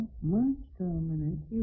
match terminate ഇവിടെയും